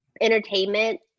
entertainment